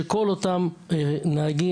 שכל אותם נהגים,